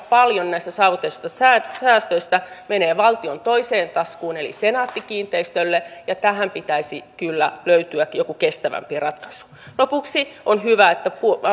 paljon näistä saavutetuista säästöistä menee valtion toiseen taskuun eli senaatti kiinteistöille ja tähän pitäisi kyllä löytyä joku kestävämpi ratkaisu lopuksi on hyvä että